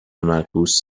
معکوس